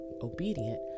obedient